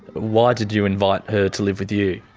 why did you invite her to live with you?